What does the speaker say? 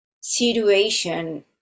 situation